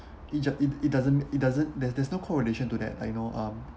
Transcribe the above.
it just it it doesn't it doesn't it there's there's no correlation to that I know um